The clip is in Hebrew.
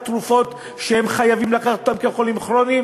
תרופות שהם חייבים לקחת אותן כחולים כרוניים?